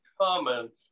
comments